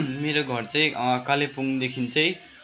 मेरो घर चाहिँ कालेबुङदेखि चाहिँ